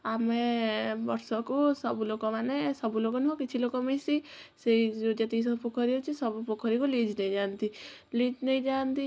ଆମେ ବର୍ଷକୁ ସବୁ ଲୋକମାନେ ସବୁ ଲୋକ ନୁହଁ କିଛି ଲୋକ ମିଶି ସେଇ ଯେତିକି ସବୁ ପୋଖରୀ ଅଛି ସବୁ ପୋଖରୀକୁ ଲିଜ୍ ନେଇଯାଆନ୍ତି ଲିଜ୍ ନେଇଯାଆନ୍ତି